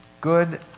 good